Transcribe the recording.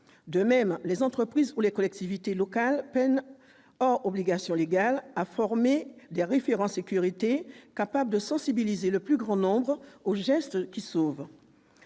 De même, les entreprises ou les collectivités locales peinent, hors obligation légale, à former des référents sécurité, capables de sensibiliser le plus grand nombre aux gestes qui sauvent.